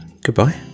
goodbye